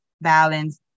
balance